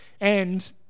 and-